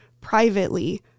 privately